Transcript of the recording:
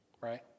right